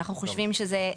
אנחנו חושבים שזה,